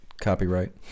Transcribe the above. copyright